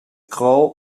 crawl